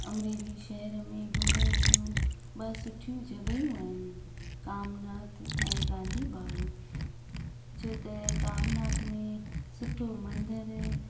अमरेली शहर में घुमण जूं ॿ सुठियूं जॻहियूं आहिनि कामनाथ ऐं गांधी बाॻ छो त कामनाथ में सुठो मंदरु